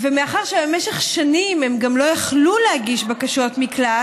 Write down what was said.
ומאחר שבמשך שנים הם גם לא יכלו להגיש בקשות מקלט,